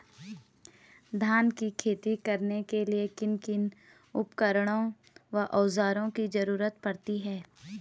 धान की खेती करने के लिए किन किन उपकरणों व औज़ारों की जरूरत पड़ती है?